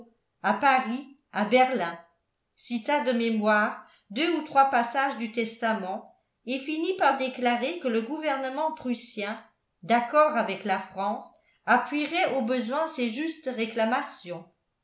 à paris à berlin cita de mémoire deux ou trois passages du testament et finit par déclarer que le gouvernement prussien d'accord avec la france appuierait au besoin ses justes réclamations